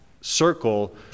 circle